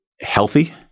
healthy